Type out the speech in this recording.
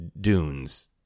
dunes